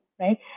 right